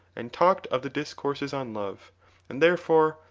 and talked of the discourses on love and therefore,